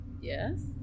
Yes